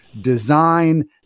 design